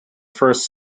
first